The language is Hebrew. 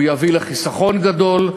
הוא יביא לחיסכון גדול,